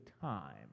Time